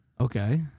Okay